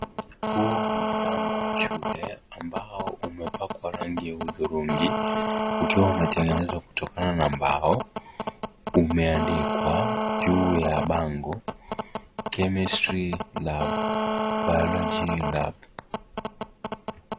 Huu ni mlango wa shule ambao umepakwa rangi ya hudhurungi ukiwa umetengenezwa kutokana na mbao umeandikwa juu ya bango (CS)chemistry lab, biology lab(CS ).